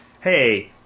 hey